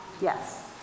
Yes